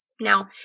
Now